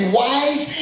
wise